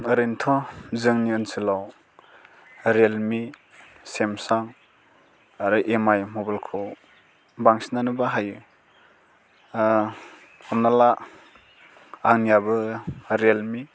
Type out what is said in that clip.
ओरैनोथ' जोंनि ओनसोलाव रियेलमि सेमसां आरो एमआइ मबाइलखौ बांसिनानो बाहायो हमना ला आंनियाबो रियेलमि